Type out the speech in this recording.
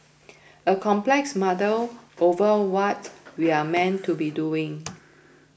a complex muddle over what we're meant to be doing